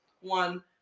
one